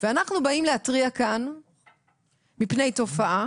ואנחנו באים להתריע כאן מפני תופעה